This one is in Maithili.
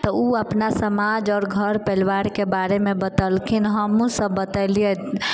तऽ ओ अपना समाज आओर घर परिवारके बारेमे बतेलखिन हमहुँ सभ बतेलियनि